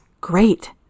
great